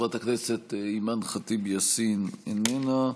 חברת הכנסת אימאן ח'טיב יאסין, איננה,